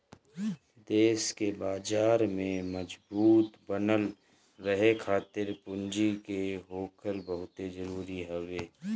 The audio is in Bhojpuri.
देस के बाजार में मजबूत बनल रहे खातिर पूंजी के होखल बहुते जरुरी हवे